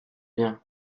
bien